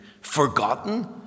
forgotten